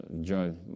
joe